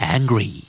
Angry